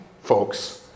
folks